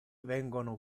vengono